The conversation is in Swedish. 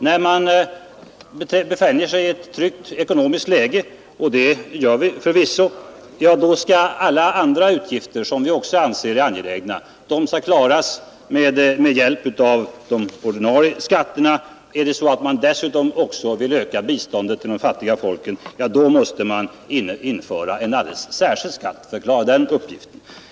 När man befinner sig i ett tryckt ekonomiskt läge — och det gör vi förvisso — skall alla andra utgifter som vi också anser angelägna klaras med hjälp av de ordinarie skatterna. Vill man dessutom öka biståndet till de fattiga folken, måste man införa en särskild skatt för att klara denna uppgift.